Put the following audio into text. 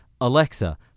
Alexa